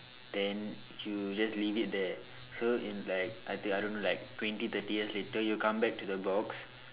then you just leave it there so in like I think I don't know like twenty thirty years later you come back to the box